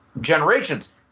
Generations